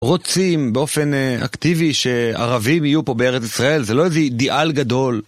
רוצים באופן אקטיבי שערבים יהיו פה בארץ ישראל, זה לא איזה אידיאל גדול.